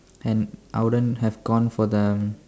and I wouldn't have gone for the